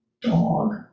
Dog